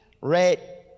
red